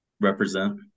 represent